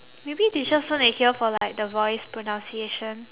maybe they just want to hear for like the voice pronunciation